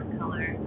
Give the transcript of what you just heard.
color